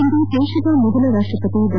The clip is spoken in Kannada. ಇಂದು ದೇಶದ ಮೊದಲ ರಾಪ್ಟಪತಿ ಡಾ